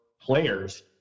players